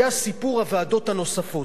היה סיפור הוועדות הנוספות.